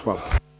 Hvala.